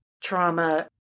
trauma